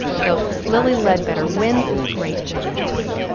so lilly ledbetter wins this great jury verdict,